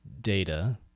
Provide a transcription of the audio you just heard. data